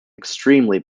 extremely